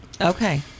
Okay